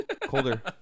Colder